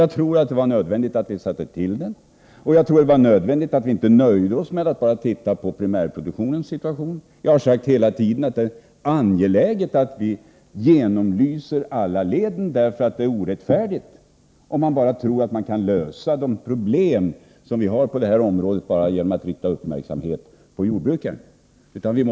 Jag tror att det var nödvändigt att vi satte till den, och jag tror att det var nödvändigt att vi inte nöjde oss med att bara titta på primärproduktionens situation. Jag har sagt hela tiden att det är angeläget att vi genomlyser alla leden, därför att det är orättfärdigt om man tror att man kan lösa de problem som vi har på det här området bara genom att rikta uppmärksamhet på jordbrukaren.